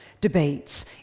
debates